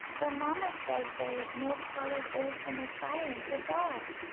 for mamma says there is no colored orphan asylum for dolls.